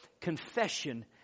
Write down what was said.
confession